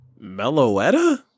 Meloetta